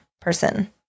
person